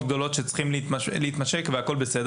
גדולות שצריכות להתממשק והכול בסדר.